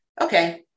okay